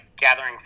gathering